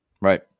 Right